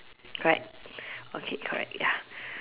correct okay correct ya